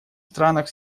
странах